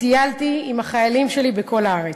וטיילתי עם החיילים שלי בכל הארץ.